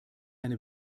eine